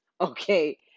Okay